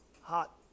hot